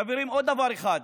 חברים, עוד דבר אחד,